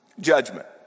judgment